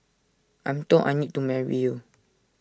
I'm told I need to marry you